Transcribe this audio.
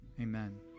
amen